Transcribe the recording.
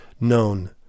known